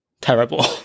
terrible